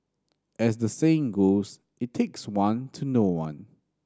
as the saying goes it takes one to know one